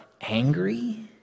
angry